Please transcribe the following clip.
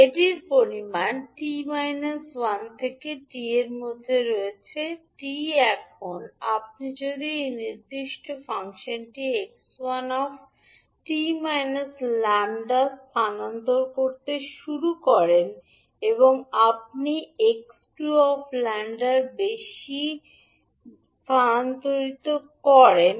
এটির পরিমাণ 𝑡 1 থেকে 𝑡 এর মধ্যে রয়েছে 𝑡 এখন আপনি যদি এই নির্দিষ্ট ফাংশনটি 𝑥1 𝑡 𝜆 স্থানান্তর করতে শুরু করেন এবং আপনি 𝑥2 𝜆 এর চেয়ে বেশি স্থানান্তরিত করেন